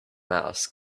mouse